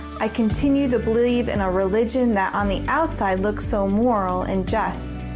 i continued to believe in a religion that on the outside looked so moral and just.